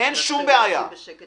אין שום בעיה.